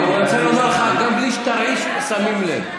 אני רוצה לומר לך שגם בלי שתרעיש שמים לב.